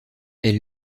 elle